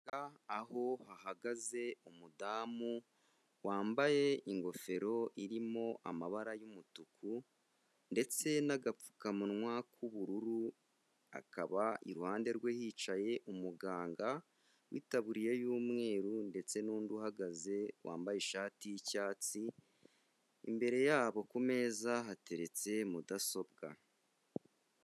Aho hahagaze umudamu wambaye ingofero irimo amabara y'umutuku, ndetse n'agapfukamunwa k'ubururu, akaba iruhande rwe hicaye umuganga w'itaburiye y'umweru, ndetse n'undi uhagaze wambaye ishati y'icyatsi, imbere yabo kumeza hateretse mudasobwa.